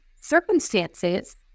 circumstances